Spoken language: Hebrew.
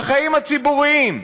בחיים הציבוריים.